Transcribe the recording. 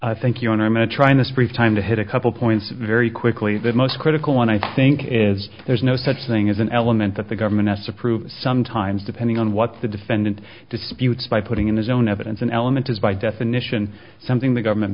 break thank you and i'm going to try and this brief time to hit a couple points very quickly the most critical one i think is there's no such thing as an element that the government s approves sometimes depending on what the defendant disputes by putting in his own evidence an element is by definition something the government